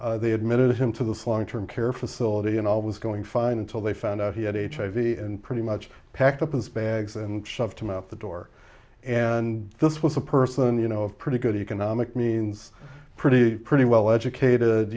hiv they admitted him to this long term care facility and all was going fine until they found out he had h i v and pretty much packed up his bags and shoved him out the door and this was a person you know of pretty good economic means pretty pretty well educated